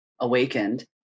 awakened